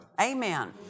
Amen